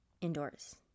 indoors